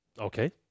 Okay